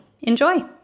Enjoy